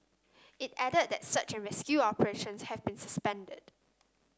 it added that search and rescue operations have been suspended